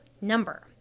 number